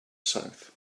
south